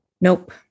Nope